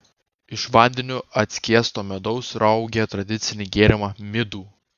iš vandeniu atskiesto medaus raugė tradicinį gėrimą midų